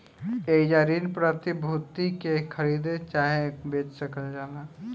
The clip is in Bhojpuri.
एइजा ऋण प्रतिभूति के खरीद चाहे बेच सकल जाला